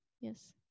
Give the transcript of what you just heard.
Yes